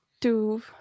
two